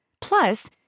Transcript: Plus